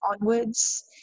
onwards